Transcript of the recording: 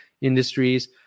industries